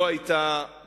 היתה